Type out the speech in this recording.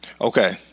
Okay